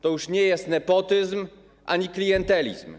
To już nie jest nepotyzm ani klientelizm.